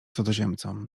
cudzoziemcom